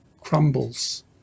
crumbles